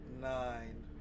nine